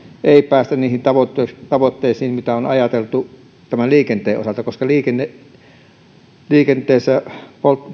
ei päästä niihin tavoitteisiin tavoitteisiin mitä on ajateltu liikenteen osalta koska liikenteessä